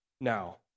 Now